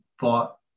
thought